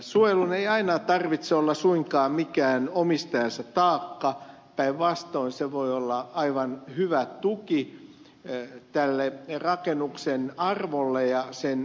suojelun ei aina tarvitse olla suinkaan mikään omistajansa taakka päinvastoin se voi olla aivan hyvä tuki tälle rakennuksen arvolle ja sen jatkokäytölle